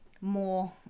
more